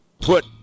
put